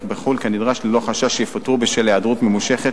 בחו"ל כנדרש ללא החשש שיפוטרו בשל ההיעדרות הממושכת